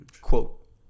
Quote